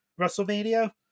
WrestleMania